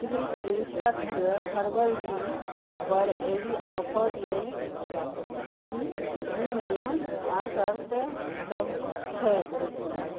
Shri Shri Tattva herbal टीपर एहि offer लेल की की नियम आओर शर्त सभ छै